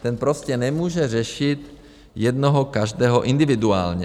Ten prostě nemůže řešit jednoho každého individuálně.